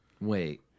Wait